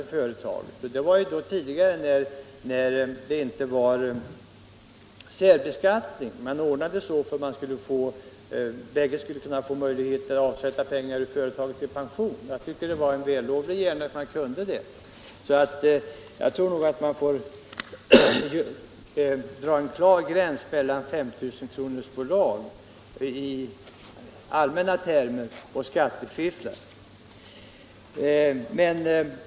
På så sätt ordnade man det så för att båda makarna skulle kunna avsätta medel ur företaget till pension. Jag tycker att det var bra att man kunde göra detta. Man får nog dra en klar gräns mellan 5 000 kronorsbolag rent allmänt och skattefifflare.